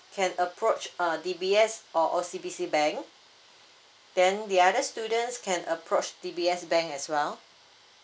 can approach uh D_B_S or O_C_B_C bank then the other students can approach D_B_S bank as well